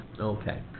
Okay